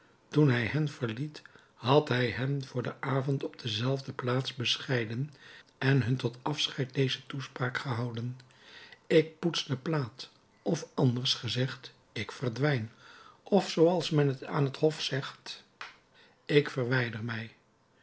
toen hij hen verliet had hij hen voor den avond op dezelfde plaats bescheiden en hun tot afscheid deze toespraak gehouden ik poets de plaat of anders gezegd ik verdwijn of zooals men aan t hof zegt ik verwijder mij